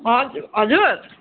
हजुर हजुर